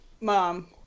mom